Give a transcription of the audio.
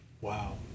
Wow